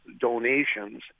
donations